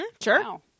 Sure